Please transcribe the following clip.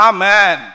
Amen